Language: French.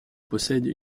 possède